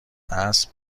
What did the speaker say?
اسب